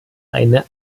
eine